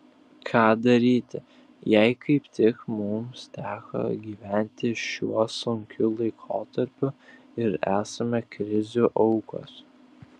ką daryti jei kaip tik mums teko gyventi šiuo sunkiu laikotarpiu ir esame krizių aukos